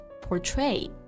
portray